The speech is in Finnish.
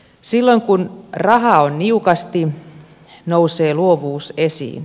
silloin kun rahaa on niukasti nousee luovuus esiin